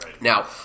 Now